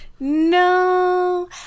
No